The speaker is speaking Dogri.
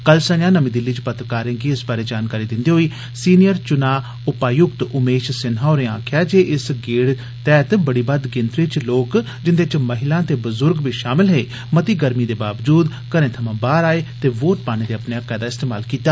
कल संत्रा नर्मी दिल्ली च पत्रकारें गी इस बारै जानकारी दिन्दे होई सीनियर चुना उपायुक्त उमेश सिन्हा होरें आक्खेया जे इस गेड़ तैहत बड़ी बद्द गिनत्री च लोक जिन्दे च महिलां ते बर्जुग बी शामल हे मती गर्मी दे बावजूद घरें थमां बाहर आए ते वोट पाने दे अपने हक्कै दा इस्तेमाल कीता